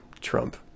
Trump